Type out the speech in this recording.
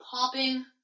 popping